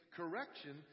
correction